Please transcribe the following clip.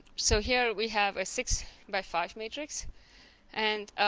so here we have a six by five matrix and